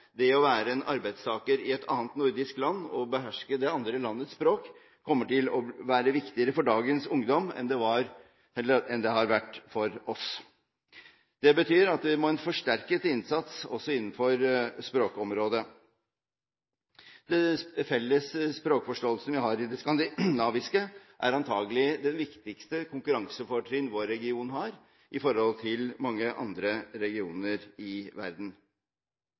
Det å være en arbeidstaker i et annet nordisk land og beherske det andre landets språk kommer til å være viktigere for dagens ungdom enn det har vært for oss. Det betyr at det må en forsterket innsats til også innenfor språkområdet. Den felles språkforståelsen vi har i skandinavisk, er antakelig det viktigste konkurransefortrinn vår region har i forhold til mange andre regioner i verden.